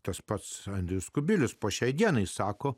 tas pats andrius kubilius po šiai dienai sako